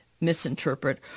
misinterpret